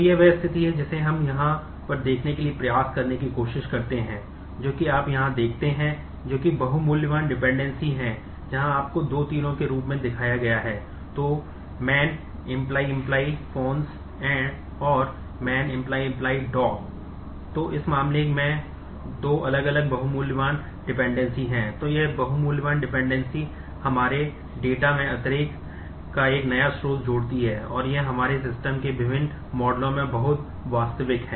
तो यह वह स्थिति है जिसे हम यहां पर देखने के लिए प्रयास करने की कोशिश करते हैं जो कि आप यहाँ देखते हैं जो कि बहु मूल्यवान के विभिन्न मॉडलों में बहुत वास्तविक है